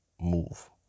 move